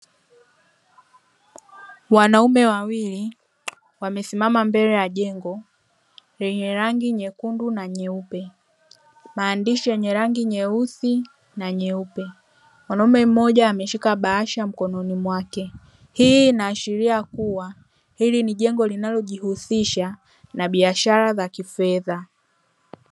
Wanaume wawili wamesimama mbele ya jengo lenye rangi nyekundu na nyeupe. Maandishi yenye rangi nyeusi na nyeupe, mwanaume mmoja ameshuka bahasha mkononi mwake. Hii inaashiria kuwa hili ni jengo linalojihusisha na biashara za kifedha.